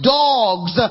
dogs